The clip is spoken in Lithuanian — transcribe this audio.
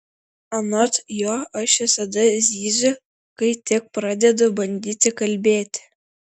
anot jo aš visada zyziu kai tik pradedu bandyti kalbėti